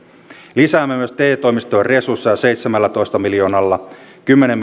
lisäämme myös te toimistojen resursseja seitsemällätoista miljoonalla kymmenen